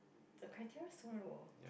the criteria so low